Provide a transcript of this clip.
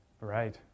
Right